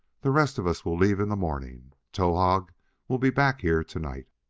the rest of us will leave in the morning. towahg will be back here to-night.